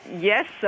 Yes